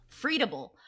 freedable